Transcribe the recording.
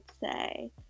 say